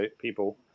people